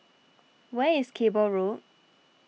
where is Cable Road